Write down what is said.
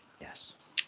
yes